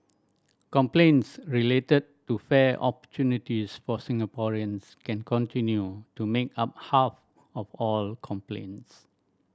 complaints related to fair opportunities for Singaporeans can continue to make up half of all complaints